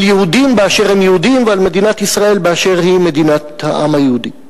על יהודים באשר הם יהודים ועל מדינת ישראל באשר היא מדינת העם היהודי.